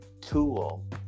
tool